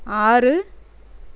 ஆறு